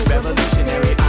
Revolutionary